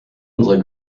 unserer